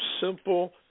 simple